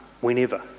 whenever